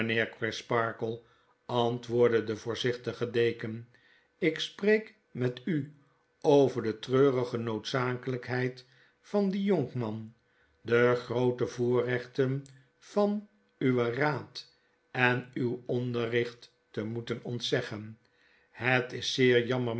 antwoordde de voorzichtige deken ik spreek met u over de treurige noodzakelijkheid van dien jonkman de groote voorrechten van uwen raad en uw onderricht te moeten ontzeggen het is zeer jammer